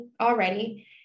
already